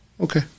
Okay